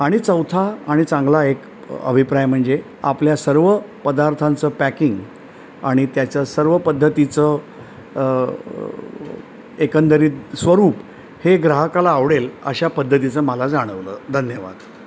आणि चौथा आणि चांगला एक अभिप्राय म्हणजे आपल्या सर्व पदार्थांचं पॅकिंग आणि त्याच्या सर्व पद्धतीचं एकंदरीत स्वरूप हे ग्राहकाला आवडेल अशा पद्धतीचं मला जाणवलं धन्यवाद